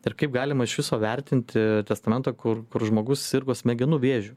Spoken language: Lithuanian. ir kaip galima iš viso vertinti testamentą kur kur žmogus sirgo smegenų vėžiu